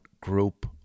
group